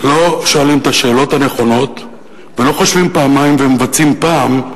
לא שואלים את השאלות הנכונות ולא חושבים פעמיים ומבצעים פעם,